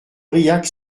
briac